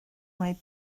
mae